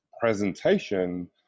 presentation